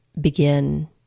begin